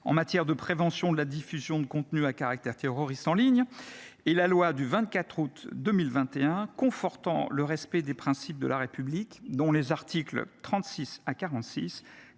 en matière de prévention de la diffusion de contenus à caractère terroriste en ligne et la loi du 24 août 2021 confortant le respect des principes de la République, dont les articles 36 à 46